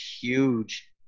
huge